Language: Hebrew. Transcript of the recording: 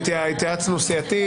התייעצנו סיעתית.